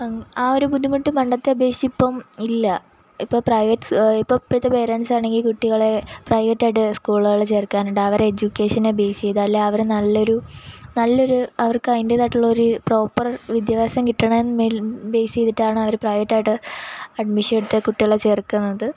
അം ആ ഒരു ബുദ്ധിമുട്ട് പണ്ടത്തെ അപേക്ഷിച്ച് ഇപ്പോള് ഇല്ല ഇപ്പോള് പ്രൈവറ്റ്സ് ഇപ്പോള് ഇപ്പോഴത്തെ പേരെൻസാണെങ്കില് കുട്ടികളെ പ്രൈവറ്റായിട്ട് സ്കൂളുകളില് ചേർക്കാനുണ്ട് അവര് എഡ്യൂക്കേഷനെ ബേസ് ചെയ്താല് അവരെ നല്ലൊരു നല്ലൊരു അവർക്ക് അതിൻ്റെതായിട്ടുള്ളൊരു പ്രോപ്പര് വിദ്യാഭ്യാസം കിട്ടണേൽ ബേസ് ചെയ്തിട്ടാണ് അവര് പ്രൈവറ്റായിട്ട് അഡ്മിഷൻ എടുത്ത് കുട്ടികളെ ചേർക്കുന്നത്